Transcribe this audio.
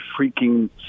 freaking